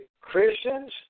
Christians